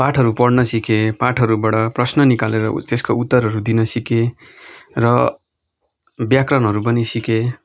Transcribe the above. पाठहरू पढ्न सिकेँ पाठहरूबाट प्रश्न निकालेर त्यसको उत्तरहरू दिन सिकेँ र व्याकरणहरू पनि सिकेँ